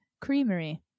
creamery